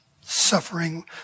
suffering